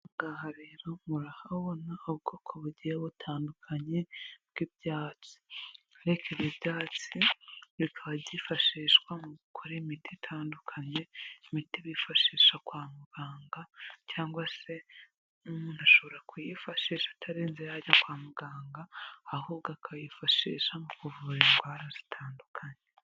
Ahangaha rero murahabona ubwoko bugiye butandukanye bw'ibyatsi, ariko ibi byatsi bikaba byifashishwa mu gukora imiti itandukanye, imiti bifashisha kwa muganga cyangwa se umuntu ashobora kuyifashisha atarinze ajya kwa muganga, ahubwo akayifashisha mu kuvura indwara zitandukanye.